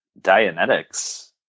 Dianetics